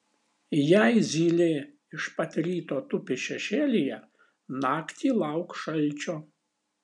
jei zylė iš pat ryto tupi šešėlyje naktį lauk šalčio